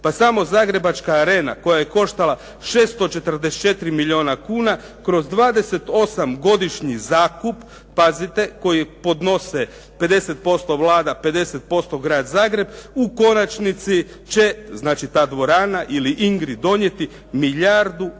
Pa samo Zagrebačka Arena koja je koštala 644 milijuna kuna kroz 28 godišnji zakup pazite koji podnose 55% Vlada, 55% grad Zagreb u konačnici će ta dvorana ili INGRA-i donijeti milijardu 820